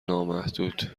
نامحدود